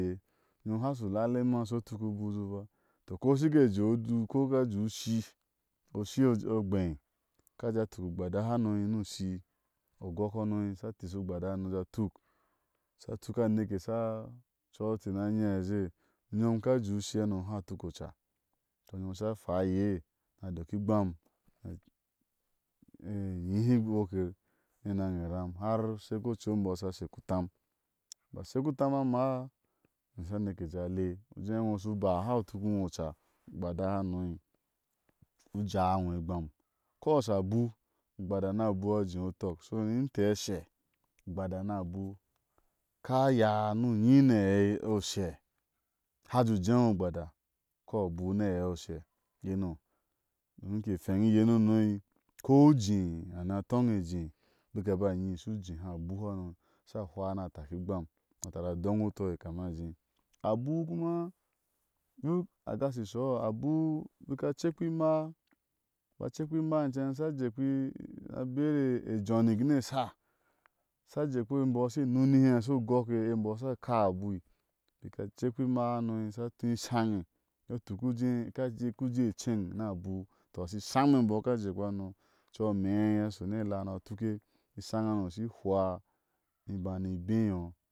He nyom a haŋa ashi u lallai ma she u tuk u buzu ba tɔ ko kɔashi ka jé oduko ka jéé u ushii, ushii ogbéi, aka jé a tuk ugbada hano ni ushii, ogok hano asha tishi ugbada harno ni a jé a tuk asha tuka neke aha, cɔa in te na nyeia azhie. unyom ka jéé ushii a hanza tukoca, tɔ unyom asha. hwa iye ni a dok igbam, e nyihi worki ni enaŋe eram har kiocu e mbɔɔ a sha shek utam abik a shek utam a maaa ni ha aneke a jeé ale u jé iŋo u shu ba, haŋu tuk iŋo oca, ugbada hamo u jaa iŋo oca, ugbada hamo u jaaiŋo igam. ko shia abu, ugbada ni abu a jeéi utɔk, so ni mte ashɛ ugbada ni abu aka yaa ni u nyi ni aei oshɛ haŋ u jé jéé ino ugbada ni a abu ni aɛi oshɛ yeno, domi ke hweŋ iye nɔnɔ ko u jéé a n i a toŋe e jé a bika ba nyi u shu jée` he abu hano nia hwa nia taki igbam, ni a tari a doŋi u toi kami a jééi. abu kuma duk a ka shi shɔ uhɔ abu bika cekpe ima, iceŋ asha jekpi, a beri e ijoni ni esha, asha jekpi bre e imbɔɔa goke e imbɔɔ asha kaa a abu a bik a cekpihe ima hano asha túi ishaŋe, iyɔ tuk uku jé uku jé eceŋ ni a abu tɔ a shi shaŋ ume mbɔɔ a ka jekpa hano, ocui amɛ a ka shɔni ela, ish aŋ hano ishi hwuwa